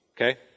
okay